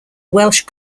welsh